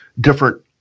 different